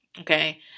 Okay